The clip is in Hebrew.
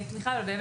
לא, לא.